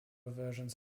versions